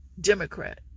Democrat